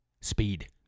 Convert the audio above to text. Speed